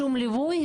שום ליווי,